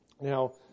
Now